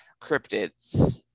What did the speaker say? cryptids